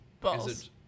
Balls